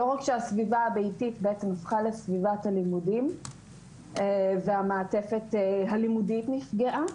לא רק שהסביבה הביתית הפכה לסביבת הלימודים והמעטפת הלימודית נפגעה,